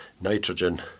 nitrogen